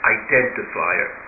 identifier